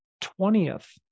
twentieth